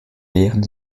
wären